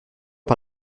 par